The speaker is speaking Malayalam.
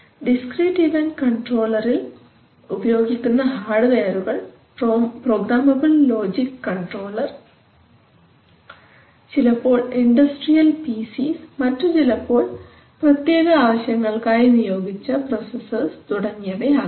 ഡിസ്ക്രീറ്റ് ഇവൻറ് കൺട്രോളർഇൽ ഉപയോഗിക്കുന്ന ഹാർഡ്വെയറുകൾ പ്രോഗ്രാമബിൾ ലോജിക് കൺട്രോളർ ചിലപ്പോൾ industrial PCs industrial PC's മറ്റു ചിലപ്പോൾ പ്രത്യേക ആവശ്യങ്ങൾക്കായി നിയോഗിച്ച പ്രൊസസ്സർസ് തുടങ്ങിയവ ആകാം